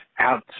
out